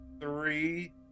three